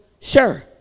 Sure